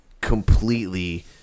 completely